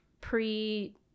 pre